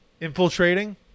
infiltrating